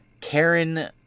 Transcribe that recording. Karen